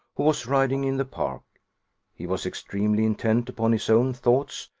who was riding in the park he was extremely intent upon his own thoughts,